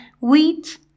wheat